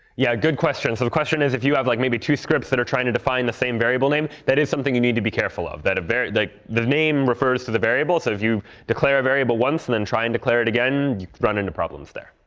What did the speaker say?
yeah, good question. so the question is, if you have, like, maybe two scripts that are trying to define the same variable name, that is something you need to be careful of. the the name refers to the variable. so if you declare a variable once, then try and declare it again, you run into problems there.